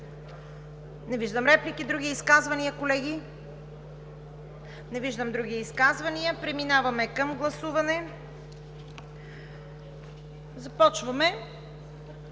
Не виждам реплики. Други изказвания, колеги? Не виждам други изказвания. Преминаваме към гласуване. Първо